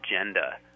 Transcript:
agenda